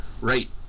right